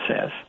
says